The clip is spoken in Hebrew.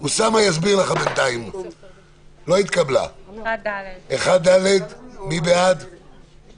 הצבעה הרוויזיה